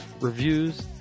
reviews